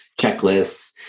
checklists